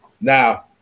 Now